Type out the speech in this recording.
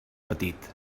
petit